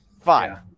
Five